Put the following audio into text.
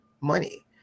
money